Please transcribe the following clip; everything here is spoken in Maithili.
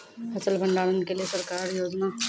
फसल भंडारण के लिए सरकार की योजना?